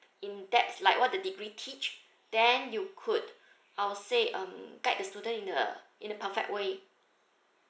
in debts like what the degree teach then you could I'll say um guide the student in a in a perfect way